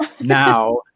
now